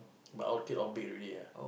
but our kid all big already ah